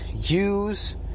use